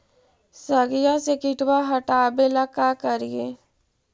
सगिया से किटवा हाटाबेला का कारिये?